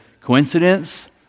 coincidence